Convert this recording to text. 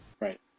Right